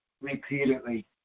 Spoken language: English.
repeatedly